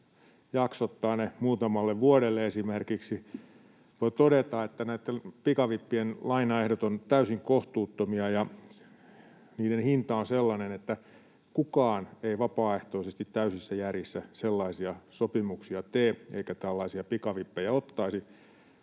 esimerkiksi muutamalle vuodelle, voi todeta, että näitten pikavippien lainaehdot ovat täysin kohtuuttomia ja niiden hinta on sellainen, että kukaan ei vapaaehtoisesti täysissä järjissä sellaisia sopimuksia tekisi eikä tällaisia pikavippejä ottaisi,